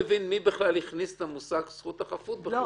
אני לא מבין מי בכלל הכניס את המושג "זכות החפות".